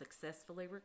successfully